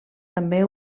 també